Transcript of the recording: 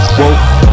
whoa